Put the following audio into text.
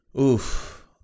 Oof